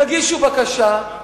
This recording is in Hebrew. יגישו בקשה,